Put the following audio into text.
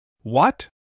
What